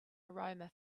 aroma